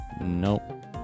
nope